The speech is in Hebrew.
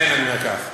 יש לי רק בקשה: